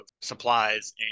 supplies